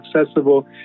accessible